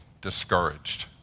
discouraged